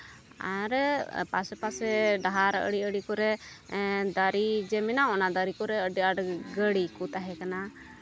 ᱟᱨ ᱯᱟᱥᱮ ᱯᱟᱥᱮ ᱰᱟᱦᱟᱨ ᱟᱲᱮ ᱟᱲᱮᱼᱠᱚᱨᱮ ᱫᱟᱨᱮ ᱡᱮ ᱢᱮᱱᱟᱜᱼᱟ ᱚᱱᱟ ᱫᱟᱨᱮ ᱠᱚᱨᱮ ᱟᱹᱰᱤ ᱟᱸᱴ ᱜᱟᱺᱬᱤ ᱠᱚ ᱛᱟᱦᱮᱸᱠᱟᱱᱟ